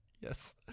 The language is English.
Yes